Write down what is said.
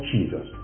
Jesus